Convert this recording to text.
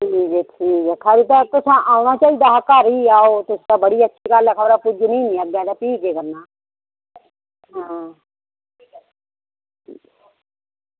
खरी खरी ते अच्छा घर बी औना चाहिदा ते अग्गें खबरै अग्गें पुज्जनी जां नेईं